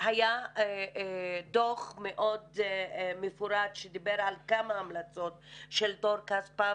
היה דוח מאוד מפורט שדיבר על כמה המלצות של טור-כספא,